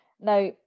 Now